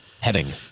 Heading